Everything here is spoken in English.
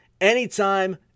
anytime